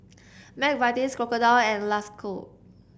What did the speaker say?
McVitie's Crocodile and Lacoste